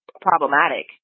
problematic